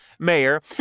mayor